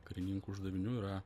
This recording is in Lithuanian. karininkų uždavinių yra